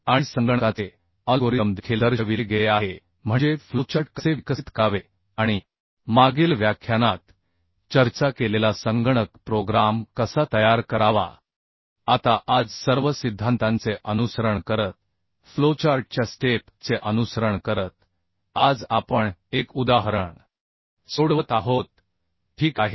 आणि संगणकाचे अल्गोरिदम देखील दर्शविले गेले आहे म्हणजे फ्लोचार्ट कसे विकसित करावे आणि मागील व्याख्यानात चर्चा केलेला संगणक प्रोग्राम कसा तयार करावा याची चर्चा केली आहे आता आज सर्व सिद्धांतांचे अनुसरण करत फ्लोचार्टच्या स्टेप चे अनुसरण करत आज आपण एक उदाहरण सोडवत आहोत ठीक आहे